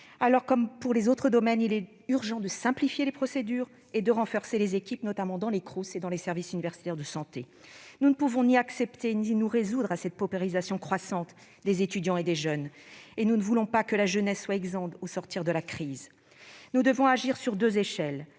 Comme pour les autres domaines, il est urgent de simplifier les procédures, et de renforcer les équipes, notamment au sein des Crous et des services universitaires de santé. Nous ne pouvons ni accepter ni nous résoudre à cette paupérisation croissante des étudiants, nous ne voulons pas que la jeunesse soit exsangue au sortir de la crise ! Nous devons agir sur deux échelles.